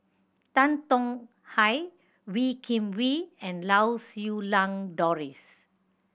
Tan Tong Hye Wee Kim Wee and Lau Siew Lang Doris